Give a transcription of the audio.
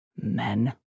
Men